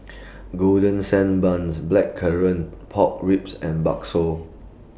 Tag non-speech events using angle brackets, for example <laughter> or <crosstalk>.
<noise> Golden Sand Bun's Blackcurrant Pork Ribs and Bakso